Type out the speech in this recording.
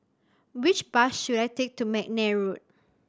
which bus should I take to McNair Road